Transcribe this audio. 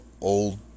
old